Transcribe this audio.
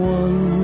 one